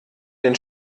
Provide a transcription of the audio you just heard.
den